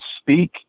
speak